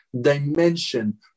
dimension